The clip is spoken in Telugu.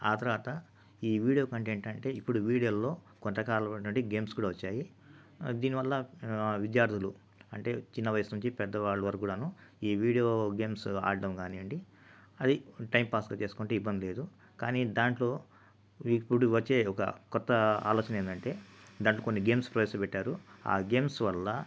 ఆ తర్వాత ఈ వీడియో కంటెంట్ అంటే ఇప్పుడు వీడియోలో కొంతకాలంలో ఏమిటంటే గేమ్స్ కూడా వచ్చాయి దీనివల్ల విద్యార్థులు అంటే చిన్న వయసు నుంచి పెద్దవాళ్ళ వరకు కూడాను ఈ వీడియో గేమ్స్ ఆడటం కానియ్యండి అది టైంపాస్గా చేసుకుంటే ఇబ్బంది లేదు కానీ దాంట్లో ఇప్పుడు వచ్చే ఒక కొత్త ఆలోచన ఏంటంటే దాంట్లో కొన్ని గేమ్స్ ప్రైస్ పెట్టారు ఆ గేమ్స్ వల్ల